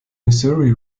missouri